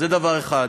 זה דבר אחד.